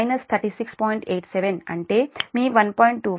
87 అంటే మీ 1